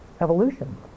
Evolution